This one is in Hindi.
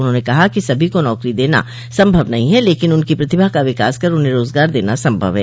उन्होंने कहा कि सभी को नौकरी देना संभव नहीं है लेकिन उनकी प्रतिभा का विकास कर उन्हें रोजगार देना संभव है